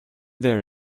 there